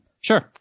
Sure